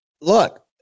look